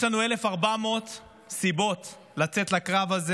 יש לנו 1,400 סיבות לצאת לקרב הזה.